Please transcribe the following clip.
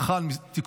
שמונה, אין נגד,